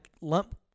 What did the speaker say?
lump